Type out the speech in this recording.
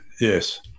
Yes